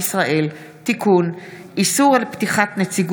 בתי ספר (תיקון, הרחבת תחולה),